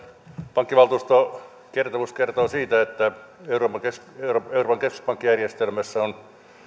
pankkivaltuuston kertomus kertoo siitä että euroopan keskuspankkijärjestelmässä on